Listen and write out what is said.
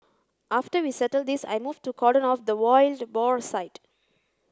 after we settled this I moved to cordon off the wild boar site